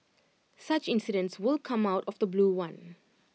such incidents will come out of the blue one